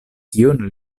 kion